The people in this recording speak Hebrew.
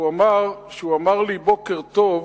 הוא אמר: כשהוא אמר לי בוקר טוב,